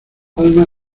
alma